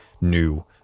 new